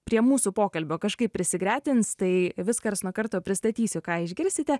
prie mūsų pokalbio kažkaip prisigretins tai vis karts nuo karto pristatysiu ką išgirsite